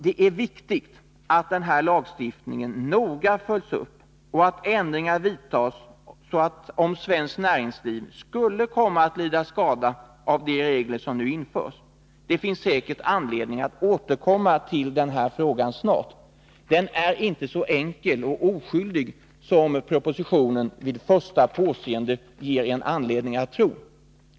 Det är viktigt att den här lagstiftningen noga följs upp och att ändringar genast vidtas, om svenskt näringsliv skulle komma att lida skada av de regler som nu införs. Det finns säkert anledning att återkomma till den här frågan snart. Den är inte så enkel som propositionen vid första påseendet ger oss anledning att tro.